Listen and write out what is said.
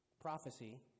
prophecy